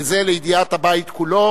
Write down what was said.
זה לידיעת הבית כולו,